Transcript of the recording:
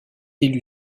élu